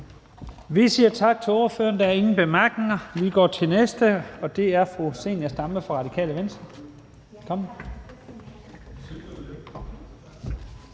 Vi siger tak til ordføreren. Der er ingen bemærkninger. Vi går til den næste, og det er fru Zenia Stampe fra Radikale Venstre.